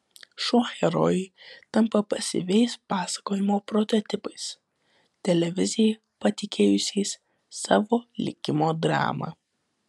šou herojai tampa pasyviais pasakojimo prototipais televizijai patikėjusiais savo likimo dramą